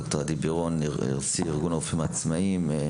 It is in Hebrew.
ד"ר עדי בירון מארגון הרופאים העצמאים,